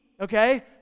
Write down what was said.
okay